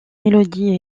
mélodies